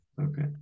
okay